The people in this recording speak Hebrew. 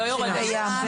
זה קיים.